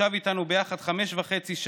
ישב איתנו יחד חמש שעות וחצי,